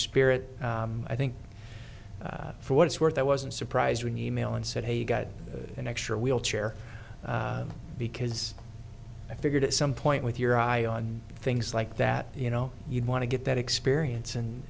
spirit i think for what it's worth i wasn't surprised when e mail and said hey you got an extra wheelchair because i figured at some point with your eye on things like that you know you want to get that experience